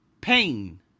Pain